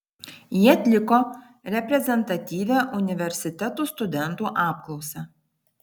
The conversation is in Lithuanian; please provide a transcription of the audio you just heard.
jie atliko reprezentatyvią universitetų studentų apklausą